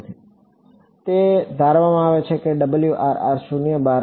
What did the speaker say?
તે ધારવામાં આવે છે કારણ કે 0 બહાર હશે